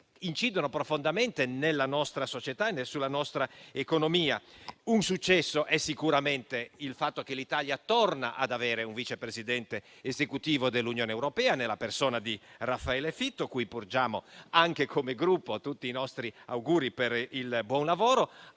incidono profondamente nella nostra società e sulla nostra economia. Un successo è sicuramente il fatto che l'Italia torni ad avere un Vice Presidente esecutivo dell'Unione europea nella persona di Raffaele Fitto, cui porgiamo, anche come Gruppo, tutti i nostri auguri per un buon lavoro.